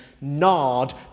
NARD